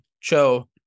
Cho